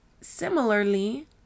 similarly